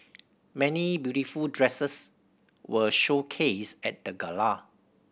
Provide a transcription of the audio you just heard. many beautiful dresses were showcased at the gala